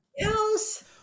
else